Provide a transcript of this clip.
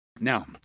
Now